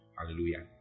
Hallelujah